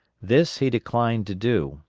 this he declined to do,